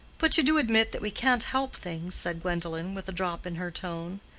but you do admit that we can't help things, said gwendolen, with a drop in her tone.